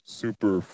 super